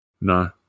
No